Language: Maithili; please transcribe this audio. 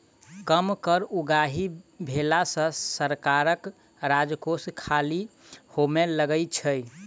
कम कर उगाही भेला सॅ सरकारक राजकोष खाली होमय लगै छै